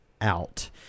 Out